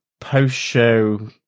post-show